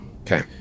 Okay